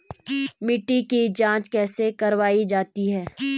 मिट्टी की जाँच कैसे करवायी जाती है?